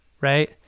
right